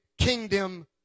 kingdom